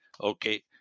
Okay